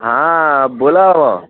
हा बोला आबा